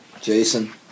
Jason